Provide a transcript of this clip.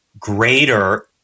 greater